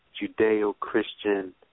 Judeo-Christian